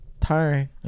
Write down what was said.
tiring